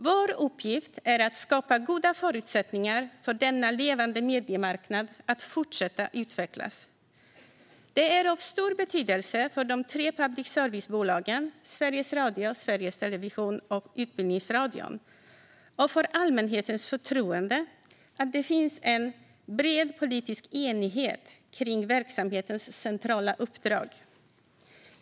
Vår uppgift är att skapa goda förutsättningar för denna levande mediemarknad att fortsätta utvecklas. Det är av stor betydelse för de tre public service-bolagen - Sveriges Radio, Sveriges Television och Utbildningsradion - och för allmänhetens förtroende att det finns en bred politisk enighet kring verksamhetens centrala uppdrag.